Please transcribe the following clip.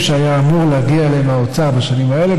שהיה אמור להגיע אליהם מהאוצר בשנים האלה,